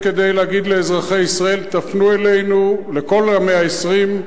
כדי להגיד לאזרחי ישראל: תפנו אלינו, לכל ה-120,